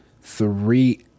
three